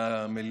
ומאז,